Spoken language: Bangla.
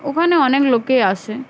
ওখানে অনেক লোকেই আসে